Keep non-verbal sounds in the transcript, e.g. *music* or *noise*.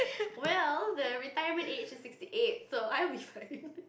well the retirement age is sixty eight so I'll be like *laughs*